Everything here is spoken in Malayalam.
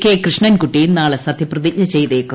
കെ കൃഷ്ണൻകുട്ടി നാളെ സത്യപ്രതിജ്ഞ ചെയ്തേക്കും